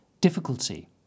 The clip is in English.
difficulty